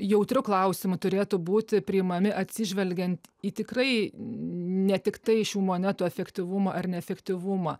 jautriu klausimu turėtų būti priimami atsižvelgiant į tikrai ne tiktai šių monetų efektyvumą ar neefektyvumą